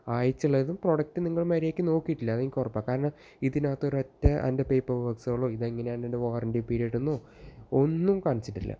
അയച്ചിട്ടുള്ളതും product നിങ്ങള് മര്യാദയ്ക്ക് നോക്കിയിട്ടില്ല അതെനിക്ക് ഉറപ്പാണ് കാരണം ഇതിനകത്തോരൊറ്റ അതിന്റെ പേപ്പർ വർക്ക്സുകളോ ഇതെങ്ങനെയാണിതിൻറ്റെ വാറണ്ടി പീരിയഡ് എന്നോ ഒന്നും കാണിച്ചിട്ടില്ല